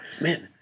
man